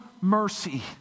mercy